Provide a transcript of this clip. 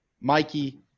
Mikey